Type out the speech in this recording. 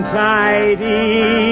tidy